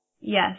Yes